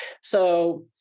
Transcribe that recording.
So-